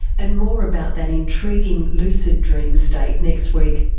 and more about that intriguing lucid dream state next week.